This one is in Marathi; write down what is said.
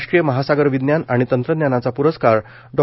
राष्ट्रीय महासागर विज्ञान आणि तंत्रज्ञानाचा प्रस्कार डॉ